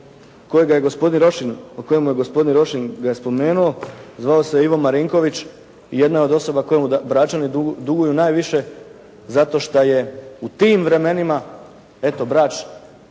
kojega je gospodin Rošin ga je spomenuo zvao se Ivo Marinković i jedna je od osoba kojemu Bračani duguju najviše zato što je najviše u tim vremenima eto Brač